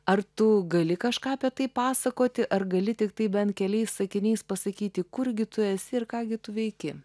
ar tu gali kažką apie tai pasakoti ar gali tiktai bent keliais sakiniais pasakyti kurgi tu esi ir ką gi tu veiki